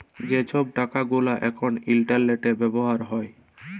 যে ছব টাকা গুলা এখল ইলটারলেটে ব্যাভার হ্যয়